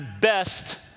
best